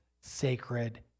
sacred